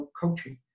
coaching